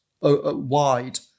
wide